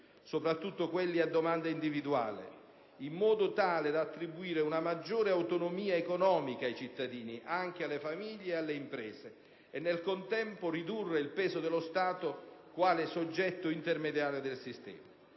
soprattutto quelli a domanda individuale, in modo tale da attribuire una maggiore autonomia economica ai cittadini, alle famiglie e alle imprese e, nel contempo, ridurre il peso dello Stato quale soggetto intermediario del sistema.